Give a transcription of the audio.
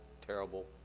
terrible